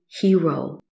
hero